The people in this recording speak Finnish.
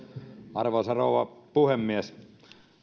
arvoisa rouva puhemies